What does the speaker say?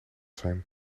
zijn